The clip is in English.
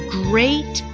great